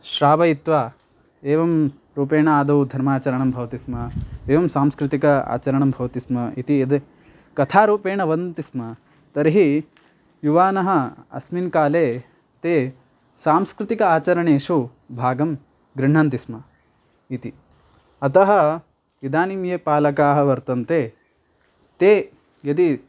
श्रावयित्वा एवं रूपेण आदौ धर्माचरणं भवति स्म एवं सांस्कृतिक आचरणं भवति स्म इति यद् कथारूपेण वदन्ति स्म तर्हि युवानः अस्मिन् काले ते सांस्कृतिक आचरणेषु भागं गृह्णन्ति स्म इति अतः इदानीं ये पालकाः वर्तन्ते ते यदि